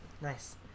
Nice